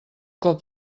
cop